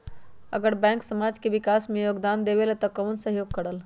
अगर बैंक समाज के विकास मे योगदान देबले त कबन सहयोग करल?